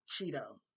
Cheeto